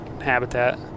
habitat